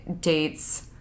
dates